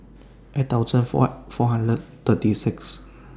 eight thousand four four hundred thirty six